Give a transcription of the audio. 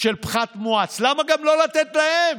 של פחת מואץ, למה לא לתת גם להם?